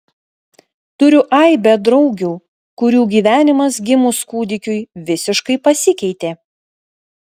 turiu aibę draugių kurių gyvenimas gimus kūdikiui visiškai pasikeitė